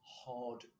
hard